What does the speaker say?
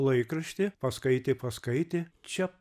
laikraštį paskaitė paskaitė čia